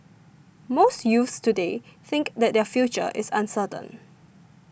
most youths today think that their future is uncertain